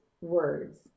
words